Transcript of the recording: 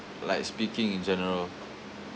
like speaking in general